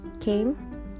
came